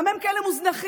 למה הם כאלה מוזנחים?